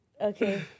Okay